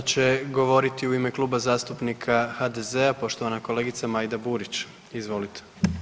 Sada će govoriti u ime Kluba zastupnika HDZ-a poštovana kolegica Majda Burić, izvolite.